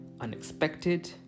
unexpected